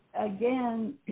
again